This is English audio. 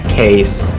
case